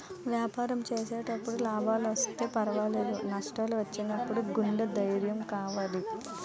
వ్యాపారం చేసేటప్పుడు లాభాలొస్తే పర్వాలేదు, నష్టాలు వచ్చినప్పుడు గుండె ధైర్యం కావాలి